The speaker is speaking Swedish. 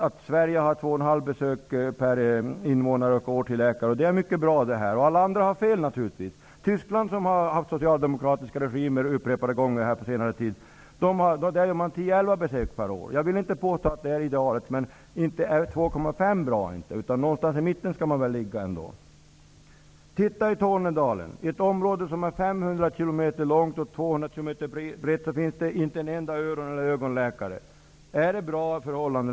Alla andra har naturligtvis fel. I Tyskland, där det på senare tid har varit upprepade socialdemokratiska regimer, är genomsnittet 10--11 besök per år. Jag vill inte påstå att det är idealet. Men inte är 2,5 bra. Man skall väl ändå ligga någonstans i mitten. Titta på Tornedalen. Det är ett område som är 500 km långt och 200 km brett. Där finns det inte en enda öron eller ögonläkare. Är det ett bra förhållande?